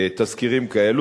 תסקירים כאלה.